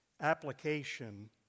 application